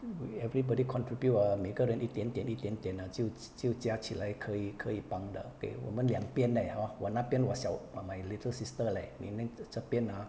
we everybody contribute or 每个人一点点一点点呢就就加起来可以可以帮到给我们两边勒 hor 我那边我小 my little sister leh meaning 这边 ah